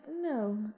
no